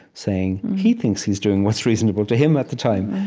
saying, he thinks he's doing what's reasonable to him at the time.